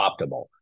optimal